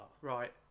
right